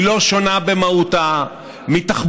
היא לא שונה במהותה מתחבורה,